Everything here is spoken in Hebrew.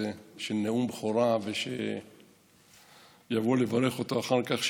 של נאום בכורה ושיבואו לברך אותו אחר כך,